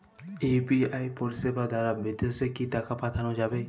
UPI পরিষেবা দারা বিদেশে কি টাকা পাঠানো যাবে?